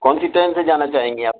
کون سی ٹین سے جانا چاہیں گی آپ